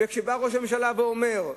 וכשבא ראש הממשלה ואומר: